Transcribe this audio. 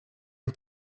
and